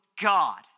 God